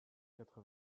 quatre